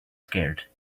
scared